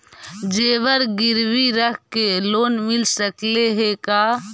जेबर गिरबी रख के लोन मिल सकले हे का?